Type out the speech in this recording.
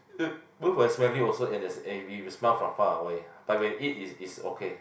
it both are smelly also and it's if you smell from far away when but when eat it's it's okay